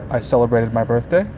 i celebrated my birthday.